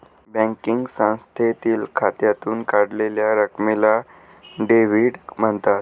banking संस्थेतील खात्यातून काढलेल्या रकमेला डेव्हिड म्हणतात